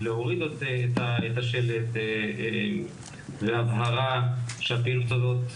להוריד את השלט והבהרה שהפעילות הזאת,